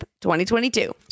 2022